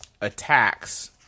attacks